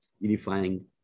unifying